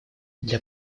для